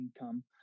income